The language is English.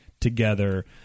together